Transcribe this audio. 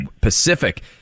Pacific